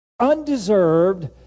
undeserved